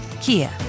Kia